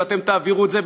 ואתם תעבירו את זה,